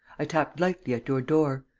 i tapped lightly at your door.